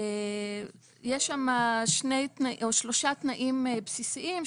יש שם שלושה תנאים בסיסיים,